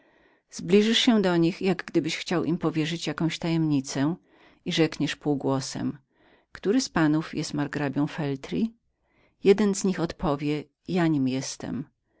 zbliżysz się do nich jak gdybyś chciał im powierzyć jaką tajemnicę i rzekniesz półgłosem który z panów jest margrabią feltri jeden z nich odpowie ja nim jestem